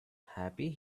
happy